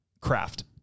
craft